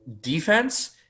defense